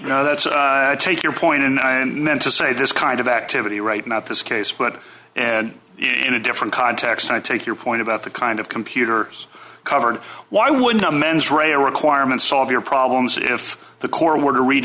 no that's take your point and i meant to say this kind of activity right now at this case but and in a different context i take your point about the kind of computer covered why would a mens rea requirement solve your problems if the core were to read